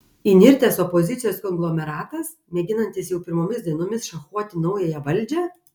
įnirtęs opozicijos konglomeratas mėginantis jau pirmomis dienomis šachuoti naująją valdžią